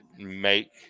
make